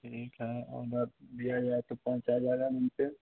ठीक है ऑर्डर दिया जाए तो पहुँचाया जाएगा वहीं पर